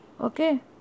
Okay